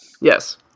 Yes